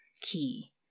key